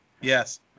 yes